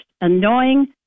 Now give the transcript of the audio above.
annoying